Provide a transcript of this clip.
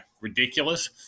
ridiculous